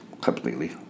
completely